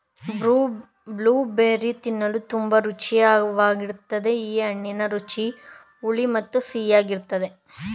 blueberry ತಿನ್ನಲು ತುಂಬಾ ರುಚಿಕರ್ವಾಗಯ್ತೆ ಈ ಹಣ್ಣಿನ ರುಚಿ ಹುಳಿ ಮತ್ತು ಸಿಹಿಯಾಗಿರ್ತದೆ